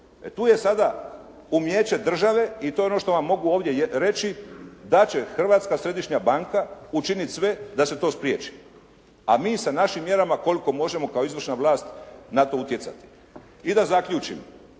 tu je sada umijeće države i to je ono što vam mogu ovdje reći da će Hrvatska središnja banka učiniti sve da se to spriječi. A mi sa našim mjerama koliko možemo kao izvršna vlast na to utjecati. I da zaključim.